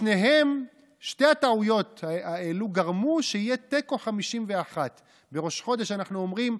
שתי הטעויות האלה גרמו שיהיה תיקו 51. בראש חודש אנחנו אומרים,